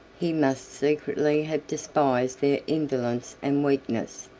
he must secretly have despised their indolence and weakness.